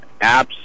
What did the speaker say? apps